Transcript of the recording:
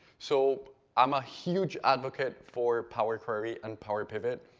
so i'm a huge advocate for power query and power pivot.